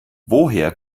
woher